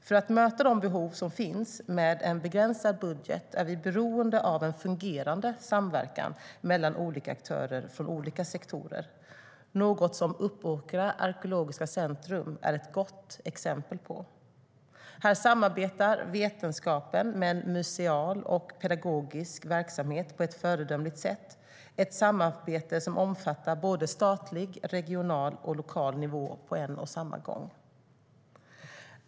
För att möta de behov som finns med en begränsad budget är vi beroende av en fungerande samverkan mellan olika aktörer från olika sektorer - något som Uppåkra Arkeologiska Center är ett gott exempel på. Här samarbetar vetenskapen med en museal och pedagogisk verksamhet på ett föredömligt sätt. Det är ett samarbete som omfattar statlig, regional och lokal nivå på en och samma gång.